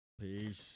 Peace